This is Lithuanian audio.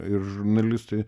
ir žurnalistai